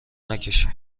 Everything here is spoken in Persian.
نکشی